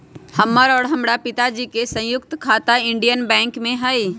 हमर और हमरा पिताजी के संयुक्त खाता इंडियन बैंक में हई